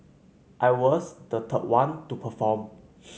I was the top one to perform